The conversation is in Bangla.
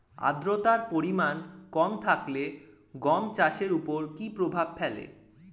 আদ্রতার পরিমাণ কম থাকলে গম চাষের ওপর কী প্রভাব ফেলে?